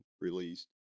released